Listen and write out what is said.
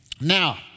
Now